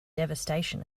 devastation